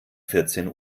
vierzehn